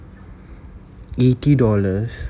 eighty dollars